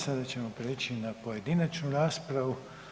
Sada ćemo prijeći na pojedinačnu raspravu.